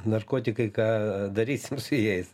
narkotikai ką darysim su jais